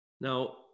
Now